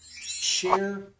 share